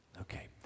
Okay